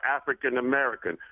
African-American